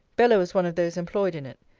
bella was one of those employed in it.